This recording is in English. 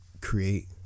create